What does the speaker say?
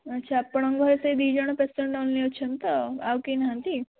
ଆଚ୍ଛା ଆପଣଙ୍କ ଘରେ ସେଇ ଦୁଇ ଜଣ ପେସେଣ୍ଟ ଓନ୍ଲି ଅଛନ୍ତି ତ ଆଉ କେହି ନାହାନ୍ତି